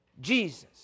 Jesus